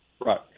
Right